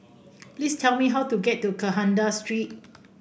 please tell me how to get to Kandahar Street